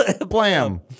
Blam